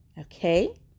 okay